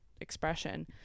expression